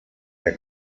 der